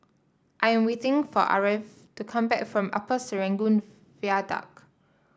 I am waiting for Aarav to come back from Upper Serangoon Viaduct